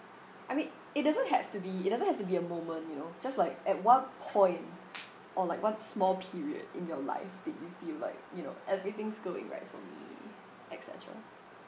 I mean it doesn't have to be it doesn't have to be a moment you know just like at what point or like what small period in your life did you feel like you know everything's going right for me et cetera